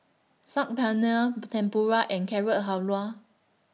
Saag Paneer Tempura and Carrot Halwa